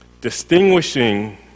distinguishing